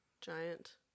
giant